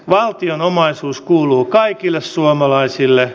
valtion omaisuus kuuluu kaikille suomalaisille